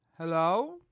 Hello